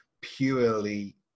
purely